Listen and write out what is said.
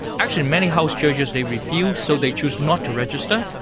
actually many house churches they refuse, so they choose not to register,